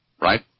Right